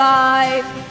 life